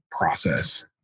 process